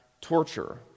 torture